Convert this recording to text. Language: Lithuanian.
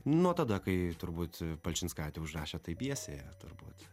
nuo tada kai turbūt palčinskaitė užrašė tai pjesėje turbūt